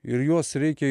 ir juos reikia